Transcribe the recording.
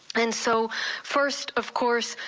and so first, of course,